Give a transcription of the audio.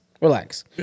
relax